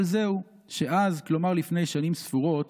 אבל זהו, שאז, כלומר לפני שנים ספורות,